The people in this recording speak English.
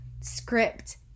script